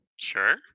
Sure